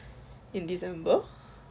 in december